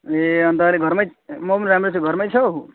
ए अन्त अहिले घरमै म पनि राम्रै छु घरमै छौ